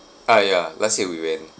ah ya last week we went